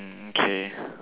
mm okay